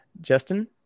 Justin